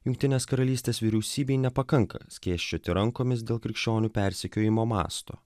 jungtinės karalystės vyriausybei nepakanka skėsčioti rankomis dėl krikščionių persekiojimo masto